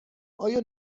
آیا